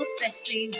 sexy